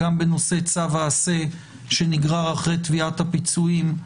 גם בנושא צו עשה שנגרר אחרי תביעת הפיצויים.